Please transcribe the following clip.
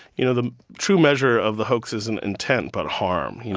you know, the true measure of the hoax isn't intent but harm. you know